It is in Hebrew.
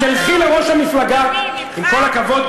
עם כל הכבוד,